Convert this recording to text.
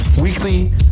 weekly